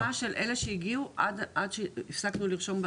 רשימה של אלה שהגיעו עד שהפסקנו לרשום.